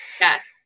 Yes